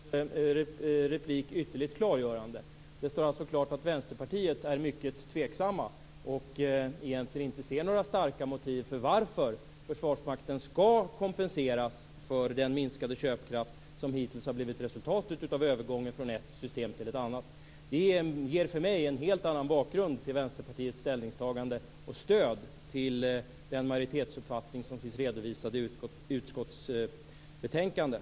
Fru talman! I ett avseende var Berit Jóhannessons replik ytterligt klargörande. Det står alltså klart att Vänsterpartiet är mycket tveksamt och egentligen inte ser några starka motiv för att Försvarsmakten skall kompenseras för den minskade köpkraft som hittills har blivit resultatet av övergången från ett system till ett annat. Det ger mig en helt annan bakgrund till Vänsterpartiets ställningstagande och stöd till den majoritetsuppfattning som finns redovisad i utskottsbetänkandet.